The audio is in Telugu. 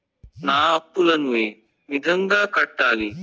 నా అప్పులను ఏ విధంగా కట్టాలి?